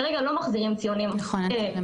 כרגע לא מחזירים ציונים לתלמידים.